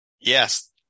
yes